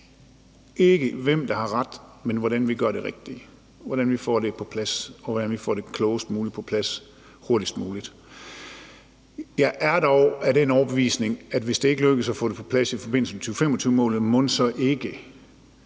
ikke, hvem der har ret, men hvordan vi gør det rigtige, hvordan vi får det på plads – og hvordan vi får det på plads klogest muligt og hurtigst muligt. Jeg er dog af den overbevisning, at hvis det ikke lykkes at få det på plads i forbindelse med 2025-målet, så vil